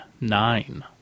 nine